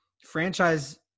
franchise